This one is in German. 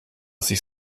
sich